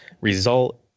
result